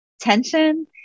tension